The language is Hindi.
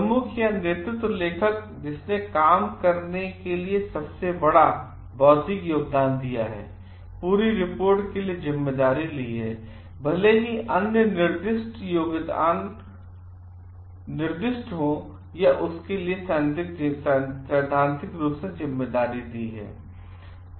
प्रमुख या नेतृत्व लेखक जिसने काम करने के लिए सबसे बड़ा बौद्धिक योगदान दिया है पूरी रिपोर्ट के लिए जिम्मेदारी ली है भले ही अन्य निर्दिष्ट योगदान निर्दिष्ट हों यह उसके लिए सैद्धांतिक जिम्मेदारी है